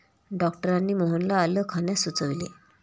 डॉक्टरांनी मोहनला आलं खाण्यास सुचविले